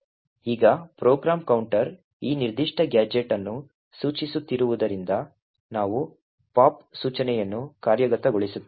ಈಗ program counter ಈ ನಿರ್ದಿಷ್ಟ ಗ್ಯಾಜೆಟ್ ಅನ್ನು ಸೂಚಿಸುತ್ತಿರುವುದರಿಂದ ನಾವು ಪಾಪ್ ಸೂಚನೆಯನ್ನು ಕಾರ್ಯಗತಗೊಳಿಸುತ್ತೇವೆ